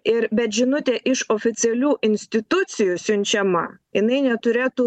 ir bet žinutė iš oficialių institucijų siunčiama jinai neturėtų